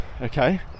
Okay